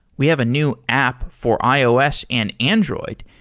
we have a new app for ios and android.